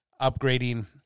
upgrading